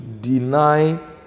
deny